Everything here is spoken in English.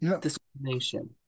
discrimination